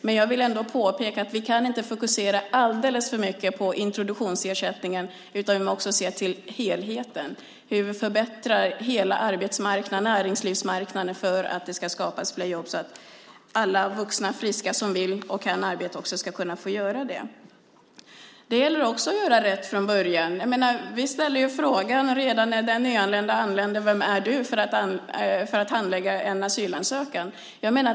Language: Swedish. Men jag vill ändå påpeka att vi inte kan fokusera alldeles för mycket på introduktionsersättningen, utan vi måste se till helheten, hur vi förbättrar arbetsmarknaden, näringslivsmarknaden för att det ska skapas fler jobb så att alla vuxna friska som kan och vill arbeta också ska kunna göra det. Det gäller också att göra rätt från början. Vi ställer frågan redan när flyktingen anländer: Vem är du? Det gör vi för att handlägga en asylansökan.